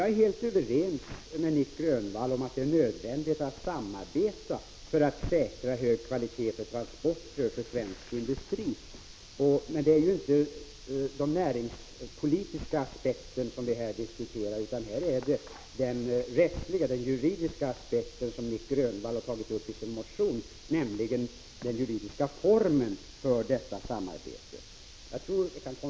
Vi är helt överens, Nic Grönvall, om att det är nödvändigt att samarbeta för att säkra en hög kvalitet på svensk industris transporter. Men det är inte den näringspolitiska aspekten vi här diskuterar utan det är den juridiska aspekten. Nic Grönvall tar själv upp den frågan i sin motion. Vad saken gäller är alltså den juridiska formen för ett sådant samarbete.